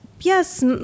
yes